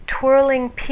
twirling